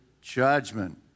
judgment